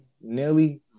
Nelly